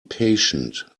patient